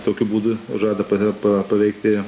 tokiu būdu žada paveikti